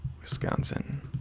Wisconsin